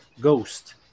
ghost